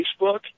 Facebook